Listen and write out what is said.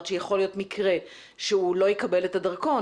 פה שיכול להיות מקרה שהוא לא יקבל את הדרכון,